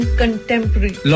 contemporary